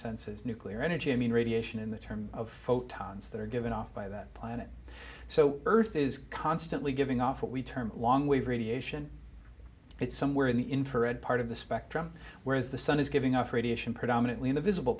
senses nuclear energy i mean radiation in the term of photons that are given off by that planet so earth is constantly giving off what we term long wave radiation it's somewhere in the infrared part of the spectrum whereas the sun is giving off radiation predominantly in the visible